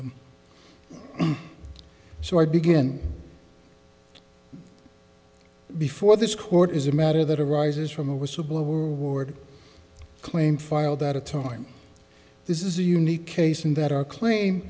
them so i began before this court is a matter that arises from a whistleblower award claim filed at a time this is a unique case in that our claim